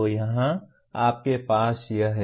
तो यहां आपके पास यह है